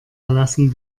erlassen